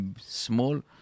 small